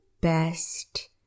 best